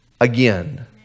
again